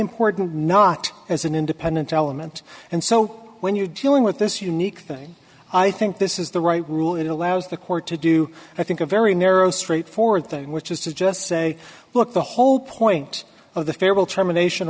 important not as an independent element and so when you're dealing with this unique thing i think this is the right rule it allows the court to do i think a very narrow straightforward thing which is to just say look the whole point of the federal termination